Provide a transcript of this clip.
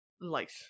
light